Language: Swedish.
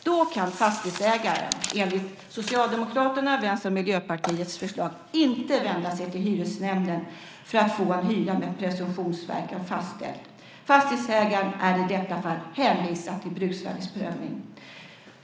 Då kan fastighetsägaren enligt Socialdemokraternas, Vänsterns och Miljöpartiets förslag inte vända sig till hyresnämnden för att få en hyra med presumtionsverkan fastställd. Fastighetsägaren är i detta fall hänvisad till bruksvärdesprövning.